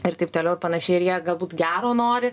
ir taip toliau panašiai ir jie galbūt gero nori